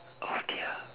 oh dear